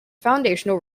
foundational